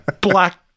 black